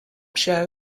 show